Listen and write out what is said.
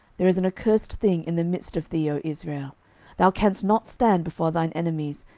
there is an accursed thing in the midst of thee, o israel thou canst not stand before thine enemies,